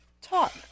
talk